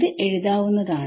ഇത് എഴുതാവുന്നതാണ്